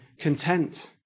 content